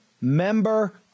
member